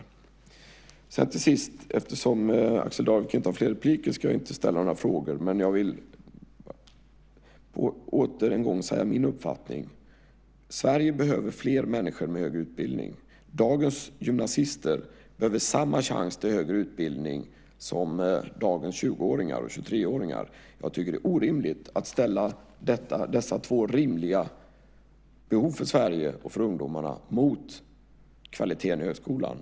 Eftersom Axel Darvik inte har rätt till några fler inlägg ska jag inte ställa några frågor, men jag vill till sist åter säga min uppfattning. Sverige behöver fler människor med hög utbildning. Dagens gymnasister behöver samma chans till högre utbildning som dagens 20-åringar och 23-åringar. Jag tycker att det är orimligt att ställa dessa två rimliga behov för Sverige och för ungdomarna mot kvaliteten i högskolan.